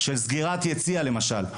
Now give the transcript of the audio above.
של סגירת יציע למשל,